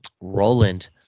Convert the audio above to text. Roland